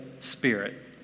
spirit